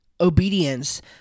obedience